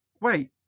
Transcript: wait